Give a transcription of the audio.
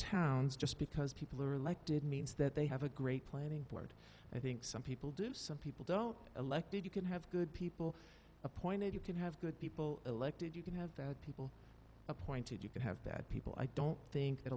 towns just because people are elected means that they have a great planning board i think some people do some people don't elected you can have good people appointed you can have good people elected you can have people appointed you can have bad people i don't think that